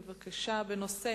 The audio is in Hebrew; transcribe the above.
בנושא: